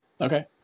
Okay